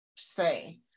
say